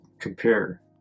compare